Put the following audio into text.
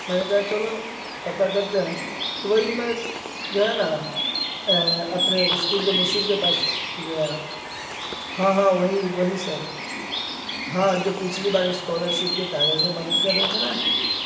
میں نے کہا چلو پتا کرتے ہیں تو وہی میں جو ہے نا اپنے اسکول کے مشہیر کے پاس گیا ہاں ہاں وہی وہی سر ہاں جو پچھلی بار اسکالرشپ کے کاغذ میں مدد کر رہے تھے نا